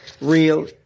real